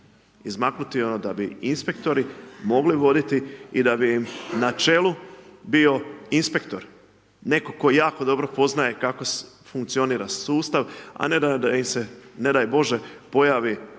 izmaknuti da bi inspektori mogli voditi i da bi im na čelu bio inspektor, netko tko jako dobro poznaje kako funkcionira sustav, a ne da im se, ne daj Bože, pojavi neki